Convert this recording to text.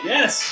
Yes